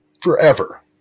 forever